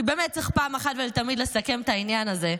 כי באמת צריך פעם אחת ולתמיד לסכם את העניין הזה,